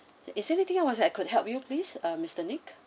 is there anything I was I could help you please um mister nick